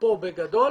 פה בגדול